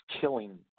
killing